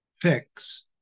fix